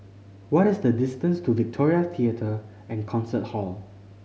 what is the distance to Victoria Theatre and Concert Hall